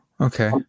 okay